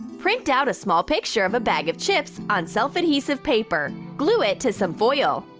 print out a small picture of a bag of chips on self-adhesive paper. glue it to some foil.